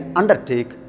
undertake